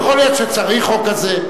יכול להיות שצריך חוק כזה,